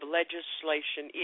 legislation